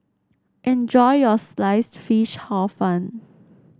enjoy your Sliced Fish Hor Fun